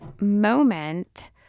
moment